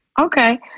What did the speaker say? Okay